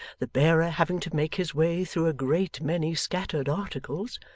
the bearer having to make his way through a great many scattered articles,